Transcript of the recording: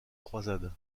croisade